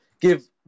Give